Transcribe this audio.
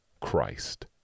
Christ